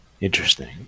Interesting